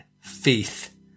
faith